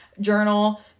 journal